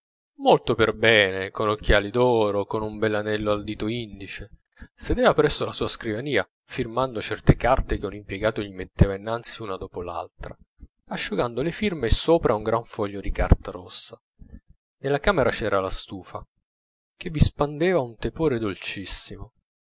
molto per bene con occhiali d'oro con un bell'anello al dito indice sedeva presso la sua scrivania firmando certe carte che un impiegato gli metteva innanzi una dopo l'altra asciugando le firme sopra un gran foglio di carta rossa nella camera c'era la stufa che vi spandeva un tepore dolcissimo